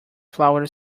flower